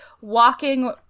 walking